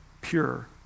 pure